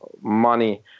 money